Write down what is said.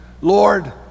Lord